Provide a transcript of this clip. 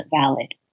valid